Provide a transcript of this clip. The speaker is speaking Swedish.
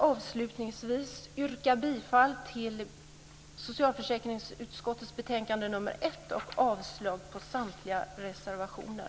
Avslutningsvis yrkar jag bifall till hemställan i socialförsäkringsutskottets betänkande nr